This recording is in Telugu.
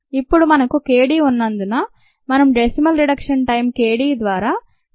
ఇప్పుడు మనకు k d ఉన్నందున మనం "decimal reduction time" k d ద్వారా 2